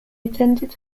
attended